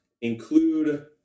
Include